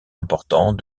important